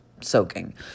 soaking